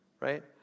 Right